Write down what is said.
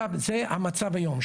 זה המצב היום.